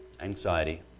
anxiety